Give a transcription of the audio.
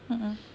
mmhmm